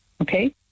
Okay